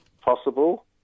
Possible